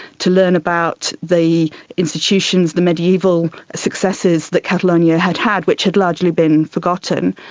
to learn about the institutions, the mediaeval successes that catalonia had had, which had largely been forgotten.